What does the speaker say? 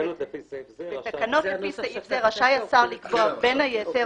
לפי סעיף זה רשאי השר לקבוע בין היתר